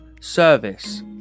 service